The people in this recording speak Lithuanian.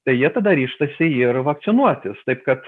tai jie tada ryžtasi ir vakcinuotis taip kad